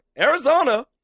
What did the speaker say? Arizona